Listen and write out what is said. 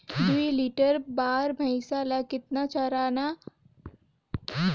दुई लीटर बार भइंसिया ला कतना चारा खिलाय परही?